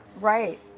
Right